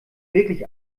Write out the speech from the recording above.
wirklich